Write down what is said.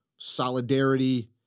solidarity